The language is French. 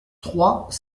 trois